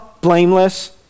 blameless